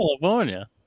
California